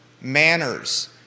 Manners